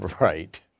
Right